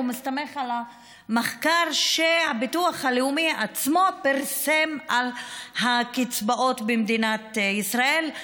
מסתמך על המחקר שהביטוח הלאומי עצמו פרסם על הקצבאות במדינת ישראל.